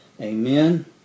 Amen